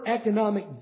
economic